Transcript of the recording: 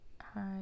Hi